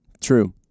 true